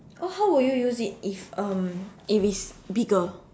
oh how would you use it if um if it's bigger